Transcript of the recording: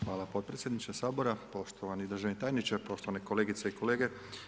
Hvala potpredsjedniče Sabora, poštovani državni tajniče, poštovane kolegice i kolege.